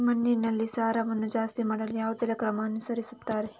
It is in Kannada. ಮಣ್ಣಿನಲ್ಲಿ ಸಾರವನ್ನು ಜಾಸ್ತಿ ಮಾಡಲು ಯಾವುದೆಲ್ಲ ಕ್ರಮವನ್ನು ಅನುಸರಿಸುತ್ತಾರೆ